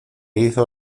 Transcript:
hizo